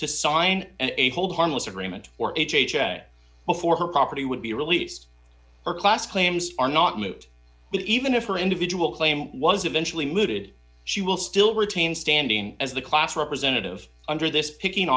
to sign a hold harmless agreement or ha ha before her property would be released her class claims are not moot but even if her individual claim was eventually mooted she will still retain standing as the class representative under this picking